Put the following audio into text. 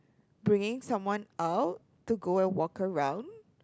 bringing someone out to go and walk around